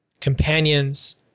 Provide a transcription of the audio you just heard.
companions